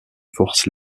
force